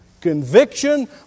Conviction